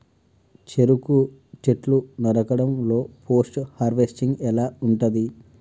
చెరుకు చెట్లు నరకడం లో పోస్ట్ హార్వెస్టింగ్ ఎలా ఉంటది?